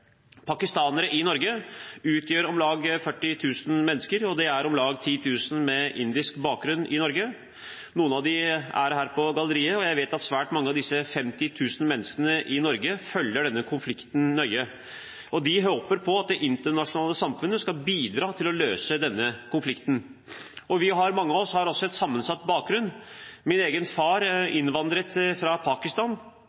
Pakistanere i Norge utgjør om lag 40 000 mennesker, og det er om lag 10 000 med indisk bakgrunn i Norge. Noen av dem er her på galleriet. Jeg vet at svært mange av disse 50 000 menneskene i Norge følger denne konflikten nøye. De håper på at det internasjonale samfunnet skal bidra til å løse konflikten. Mange av oss har en sammensatt bakgrunn. Min egen far